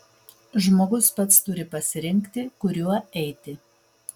žmogus pats turi pasirinkti kuriuo eiti